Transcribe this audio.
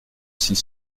six